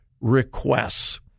requests